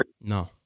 No